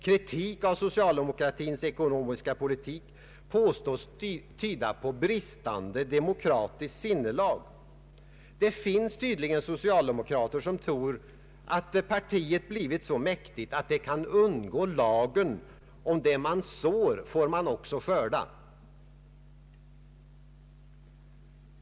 Kritik av socialdemokratins ekonomiska politik påstås tyda på bristande demokratiskt sinnelag. Det finns tydligen socialdemokrater som tror att partiet blivit så mäktigt, att det kan undgå lagen om att det man sår får man också skörda.